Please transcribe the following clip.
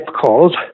calls